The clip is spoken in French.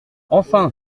enfin